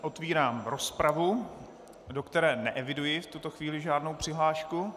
Otvírám rozpravu, do které neeviduji v tuto chvíli žádnou přihlášku.